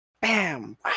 bam